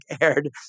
aired